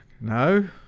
No